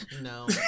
No